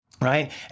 right